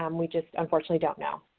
um we just unfortunately don't know.